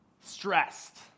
stressed